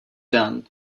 done